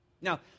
Now